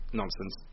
nonsense